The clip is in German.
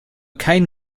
kein